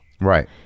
Right